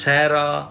Sarah